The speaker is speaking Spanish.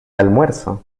almuerzo